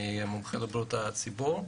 אני מומחה לבריאות הציבור.